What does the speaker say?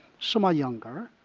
somewhat younger,